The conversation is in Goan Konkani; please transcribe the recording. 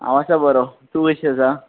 हांव आसा बरो तूं कशें आसा